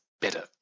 better